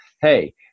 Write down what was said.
Hey